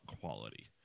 quality